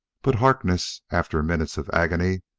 but harkness, after minutes of agony,